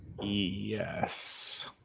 yes